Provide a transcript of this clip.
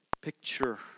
picture